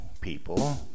people